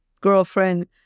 girlfriend